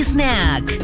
Snack